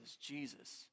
Jesus